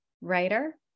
writer